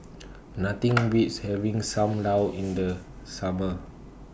Nothing Beats having SAM Lau in The Summer